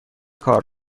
کار